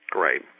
Great